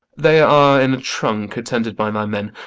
they are in a trunk, attended by my men.